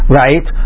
right